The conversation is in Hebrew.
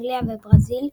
אנגליה וברזיל,